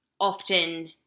Often